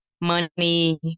money